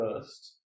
first